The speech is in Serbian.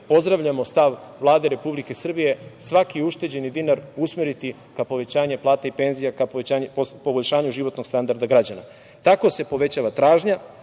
pozdravljamo stav Vlade Republike Srbije - svaki ušteđeni dinar usmeriti ka povećanju plata i penzija, ka poboljšanju životnog standarda građana. Tako se povećava tražnja.